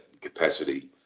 capacity